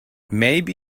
maybe